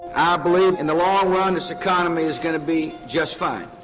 i believe in the long run this economy is going to be just fine.